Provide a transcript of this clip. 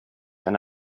eine